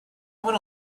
want